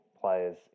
players